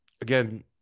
Again